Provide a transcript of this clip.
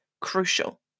crucial